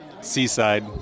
seaside